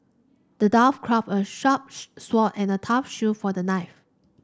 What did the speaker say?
the dwarf crafted a sharp sword and a tough shield for the knight